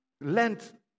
Lent